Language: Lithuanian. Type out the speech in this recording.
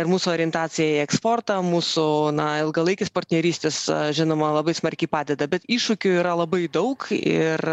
ir mūsų orientacija į eksportą mūsų na ilgalaikis partnerystės žinoma labai smarkiai padeda bet iššūkių yra labai daug ir